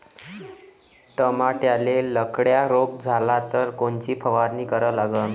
टमाट्याले लखड्या रोग झाला तर कोनची फवारणी करा लागीन?